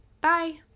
Bye